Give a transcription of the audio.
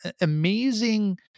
amazing